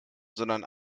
sondern